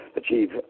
achieve